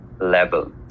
level